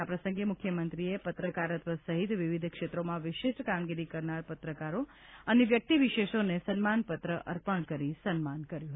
આ પ્રસંગે મુખ્યમંત્રીએ પત્રકારત્વ સહિત વિવિધ ક્ષેત્રોમાં વિશિષ્ટ કામગીરી કરનાર પત્રકારો અને વ્યક્તિ વિશેષોને સન્માનપત્ર અર્પણ કરી સન્માન કર્યું હતું